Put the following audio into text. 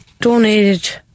donated